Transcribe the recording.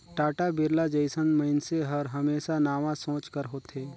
टाटा, बिरला जइसन मइनसे हर हमेसा नावा सोंच कर होथे